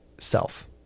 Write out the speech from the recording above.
self